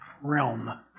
realm